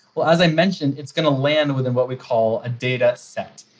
well, as i mentioned, it's going to land within what we call a dataset.